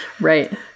Right